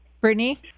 Brittany